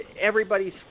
everybody's